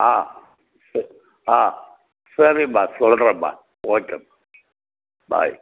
ஆ சரி ஆ சரிம்மா சொல்லுறேன்ம்மா ஓகேம்மா பாய்